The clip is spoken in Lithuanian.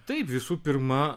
taip visų pirma